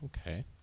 Okay